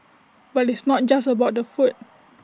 but it's not just about the food